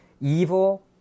evil